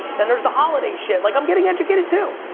then there's the holiday shit. like i'm getting educated too.